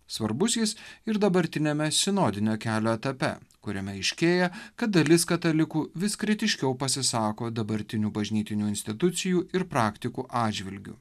svarbus jis ir dabartiniame sinodinio kelio etape kuriame aiškėja kad dalis katalikų vis kritiškiau pasisako dabartinių bažnytinių institucijų ir praktikų atžvilgiu